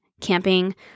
camping